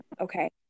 Okay